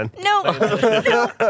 no